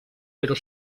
però